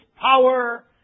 power